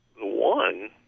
one